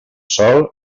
sol